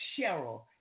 Cheryl